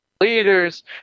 leaders